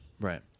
right